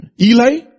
Eli